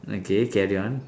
okay carry on